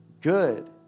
good